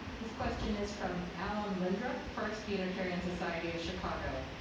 this question is from allen l indrup, first unitarian society of chicago.